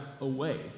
away